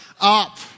up